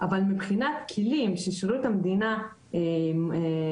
אבל מבחינת כלים ששירות המדינה קיבל,